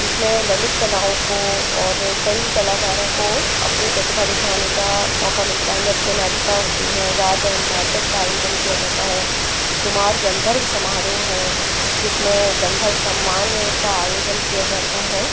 जिसमें ललित कलाओं को और कई कलाकारों को अपनी प्रतिभा दिखाने का मौका मिलता है नृत्य नाटिका होती है वाद नाटक का आयोजन किया जाता है कुमार गन्धर्व समारोह है जिसमें गंधर्व सम्मान का आयोजन किया जाता है